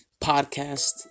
Podcast